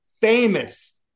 famous